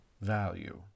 value